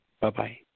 Bye-bye